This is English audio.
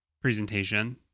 presentation